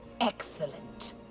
Excellent